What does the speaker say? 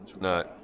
No